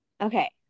Okay